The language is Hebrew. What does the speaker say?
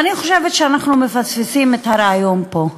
ואני חושבת שאנחנו מפספסים את הרעיון פה,